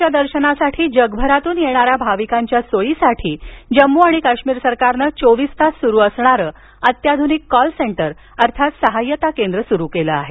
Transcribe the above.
वैष्णोदेवी माता वैष्णोदेवीच्या दर्शनासाठी जगभरातून येणाऱ्या भाविकांच्या सोयीसाठी जम्मू आणि काश्मीर सरकारनं चोवीस तास सुरु असणारं अत्याधुनिक कॉलसेंटर अर्थात सहाय्यता केंद्र सुरु केलं आहे